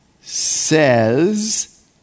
says